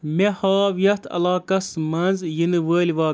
مے ہاو یتھ علاقس منز ینہٕ وٲلۍ واق